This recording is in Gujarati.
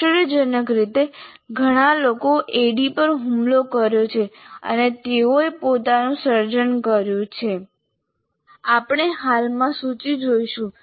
આશ્ચર્યજનક રીતે ઘણા લોકોએ ADDIE પર હુમલો કર્યો છે અને તેઓએ પોતાનું સર્જન કર્યું છે આપણે હાલમાં સૂચિ જોઈશું